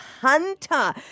hunter